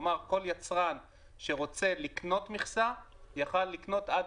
כלומר כל יצרן שרוצה לקנות מכסה יכול היה לקנות עד